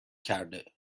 کرده